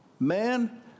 Man